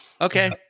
Okay